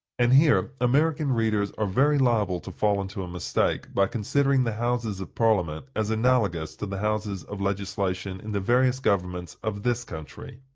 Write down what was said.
and here american readers are very liable to fall into a mistake by considering the houses of parliament as analogous to the houses of legislation in the various governments of this country.